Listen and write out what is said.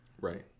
Right